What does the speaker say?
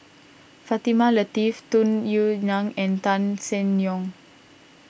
Fatimah Lateef Tung Yue Nang and Tan Seng Yong